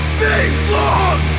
belong